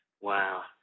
Wow